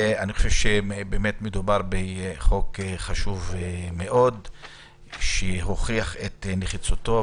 אני חשוב שמדובר בחוק חשוב מאוד שהוכיח את נחיצותו,